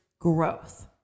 growth